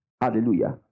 Hallelujah